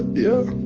yeah